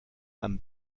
amb